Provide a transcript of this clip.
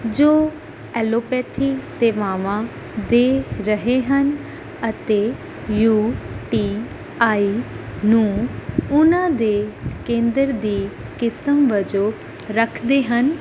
ਜੋ ਐਲੋਪੈਥੀ ਸੇਵਾਵਾਂ ਦੇ ਰਹੇ ਹਨ ਅਤੇ ਯੂ ਟੀ ਆਈ ਨੂੰ ਉਨ੍ਹਾਂ ਦੇ ਕੇਂਦਰ ਦੀ ਕਿਸਮ ਵਜੋਂ ਰੱਖਦੇ ਹਨ